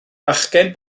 fachgen